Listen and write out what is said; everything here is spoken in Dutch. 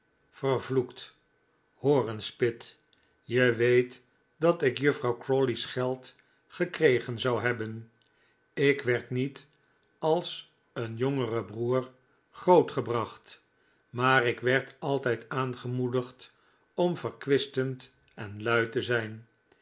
hoor eens pitt je weet dat ik juffrouw crawley's geld gekregen zou hebben ik werd niet als een jongere broer grootgebracht maar ik werd altijd aangemoedigd om verkwistend en lui te zijn